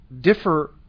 differ